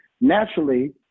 naturally